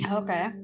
okay